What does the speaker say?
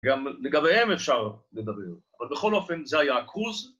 ‫גם לגביהם אפשר לדבר, ‫אבל בכל אופן, זה היה הקרוז.